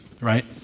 right